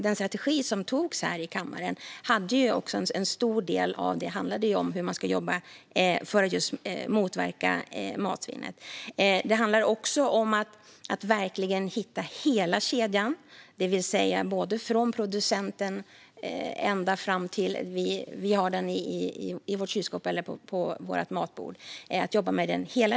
Den strategi som antogs här i kammaren handlade nämligen till stor del om hur man ska jobba för att motverka matsvinnet. Det handlar också om att hitta och verkligen jobba med hela kedjan, från producenten ända fram till att vi har maten i vårt kylskåp eller på vårt matbord.